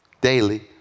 daily